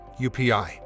UPI